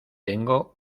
tengo